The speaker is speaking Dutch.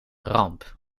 ramp